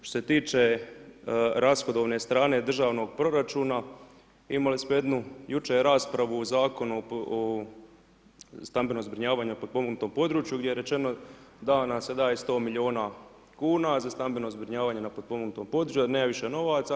Što se tiče rashodovne strane državnog proračuna, imali smo jednu jučer raspravu u zakonu o stambenom zbrinjavanje u potpomognutom području, gdje je rečeno da nam se daje 100 milijuna kn za stambeno zbrinjavanje na potpomognutom području, da nema više novaca.